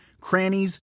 crannies